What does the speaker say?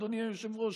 אדוני היושב-ראש?